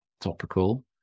topical